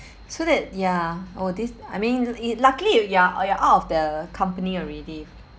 so that ya oh this I mean luckily ya you're out of the company already